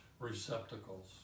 Receptacles